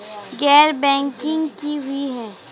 गैर बैंकिंग की हुई है?